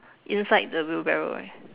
inside the wheelbarrow right